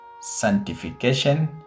sanctification